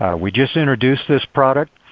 we just introduced this product.